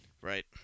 Right